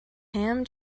ham